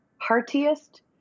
heartiest